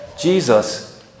Jesus